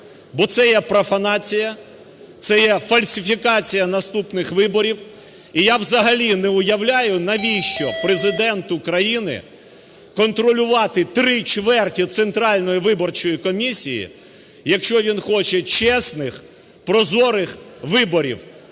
бо це є профанація, це є фальсифікація наступних виборів. І я взагалі не уявляю, навіщо Президенту країни контролювати три чверті Центральної виборчої комісії, якщо він хоче чесних, прозорих виборів,